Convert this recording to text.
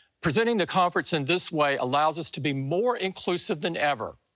presenting the conference in this way allows us to be more inclusive than ever.